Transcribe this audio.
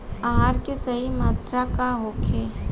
आहार के सही मात्रा का होखे?